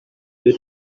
due